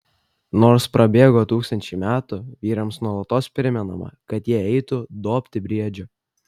nors prabėgo tūkstančiai metų vyrams nuolatos primenama kad jie eitų dobti briedžio